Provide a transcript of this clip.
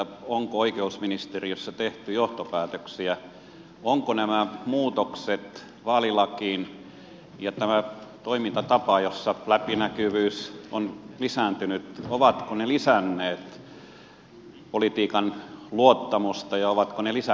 onko oikeusministeriössä tehty johtopäätöksiä ovatko nämä muutokset vaalilakiin ja tämä toimintatapa jossa läpinäkyvyys on lisääntynyt lisänneet politiikan luottamusta ja ovatko ne lisänneet kansanvaltaa